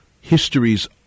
history's